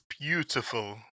beautiful